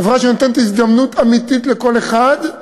חברה שנותנת הזדמנות אמיתית לכל אחד,